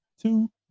two